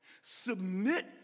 submit